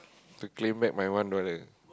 to claim back my one dollar